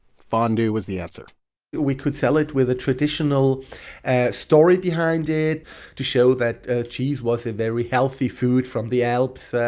fondue was the answer we could sell it with a traditional story behind it to show that cheese was a very healthy food from the alps.